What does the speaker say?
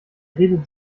redet